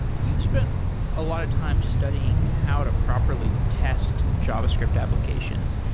you've spent a lot of time studying how to properly test javascript applications.